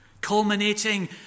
Culminating